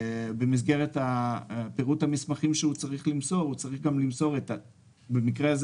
במסגרת פירוט המסמכים שהוא צריך למסור במקרה הזה